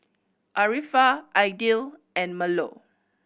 Arifa Aidil and Melur